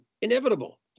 inevitable